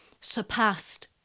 surpassed